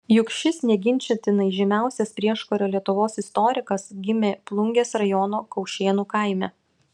juk šis neginčytinai žymiausias prieškario lietuvos istorikas gimė plungės rajono kaušėnų kaime